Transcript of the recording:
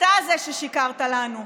אתה זה ששיקרת לנו.